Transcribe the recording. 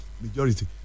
majority